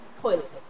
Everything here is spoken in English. Toilet